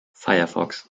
firefox